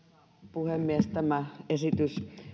puhemies tämä esitys